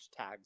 hashtags